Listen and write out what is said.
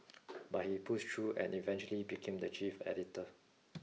but he pushed through and eventually became the chief editor